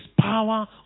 power